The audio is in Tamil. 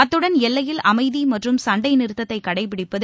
அத்துடன் எல்லையில் அமைதி மற்றும் சண்டை நிறுத்தத்தை கடைப்பிடிப்பது